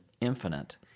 infinite